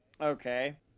Okay